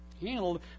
handled